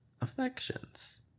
affections